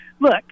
look